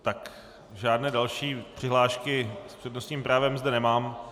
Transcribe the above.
Tak žádné další přihlášky s přednostním právem zde nemám.